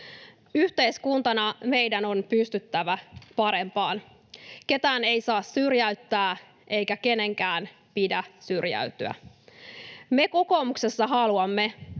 Yhteiskuntana meidän on pystyttävä parempaan. Ketään ei saa syrjäyttää, eikä kenenkään pidä syrjäytyä. Me kokoomuksessa haluamme,